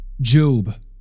Job